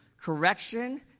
correction